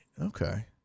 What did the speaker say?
okay